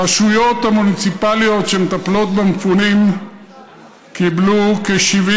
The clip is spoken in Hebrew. הרשויות המוניציפליות שמטפלות במפונים קיבלו כ-70